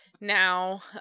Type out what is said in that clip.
now